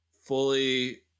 fully